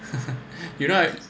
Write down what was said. you know I